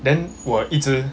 then 我一直